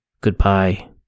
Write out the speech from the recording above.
Goodbye